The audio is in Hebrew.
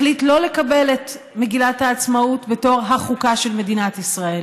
החליט לא לקבל את מגילת העצמאות בתור החוקה של מדינת ישראל,